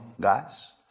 gas